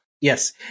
Yes